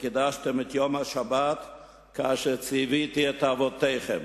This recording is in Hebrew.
וקידשתם את יום השבת כאשר ציוויתי את אבותיכם.